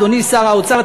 אדוני שר האוצר,